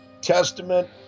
Testament